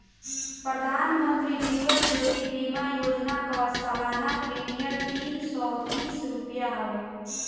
प्रधानमंत्री जीवन ज्योति बीमा योजना कअ सलाना प्रीमियर तीन सौ तीस रुपिया हवे